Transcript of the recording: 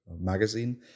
magazine